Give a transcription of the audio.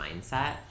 mindset